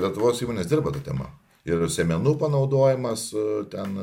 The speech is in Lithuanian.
lietuvos įmonės dirba ta tema ir sėmenų panaudojimas ten